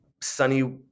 sunny